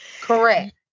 Correct